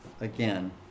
Again